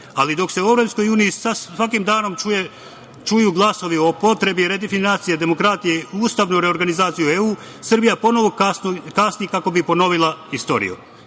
ali dok se u EU svakim danom čuju glasovi o potrebi redefinacije demokratije, ustavne reorganizacije u EU, Srbija ponovo kasni kako bi ponovila istoriju. Vlast